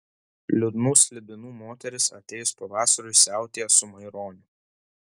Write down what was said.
liūdnų slibinų moteris atėjus pavasariui siautėja su maironiu